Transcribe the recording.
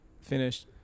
Finish